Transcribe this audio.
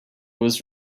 was